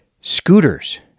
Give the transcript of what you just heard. scooters